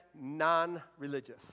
non-religious